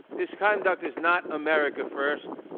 this conduct is not america first,